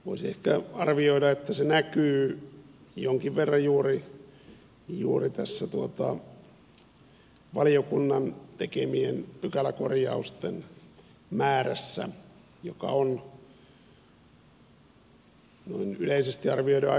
voisi ehkä arvioida että se näkyy jonkin verran juuri tässä valiokunnan tekemien pykäläkorjausten määrässä joka on noin yleisesti arvioiden aika suuri